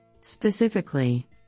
Specifically